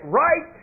right